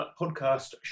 Podcast